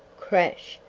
crash,